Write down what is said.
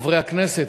חברי הכנסת,